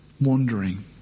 wandering